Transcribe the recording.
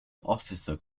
officer